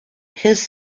his